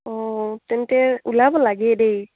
অঁ তেন্তে ওলাব লাগে দেই